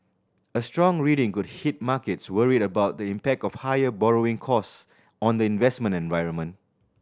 a strong reading could hit markets worried about the impact of higher borrowing costs on the investment environment